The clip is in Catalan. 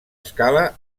escala